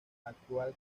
actual